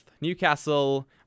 Newcastle